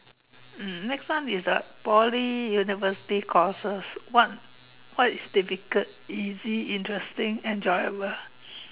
mm next one is uh Poly university courses what what is difficult easy interesting enjoyable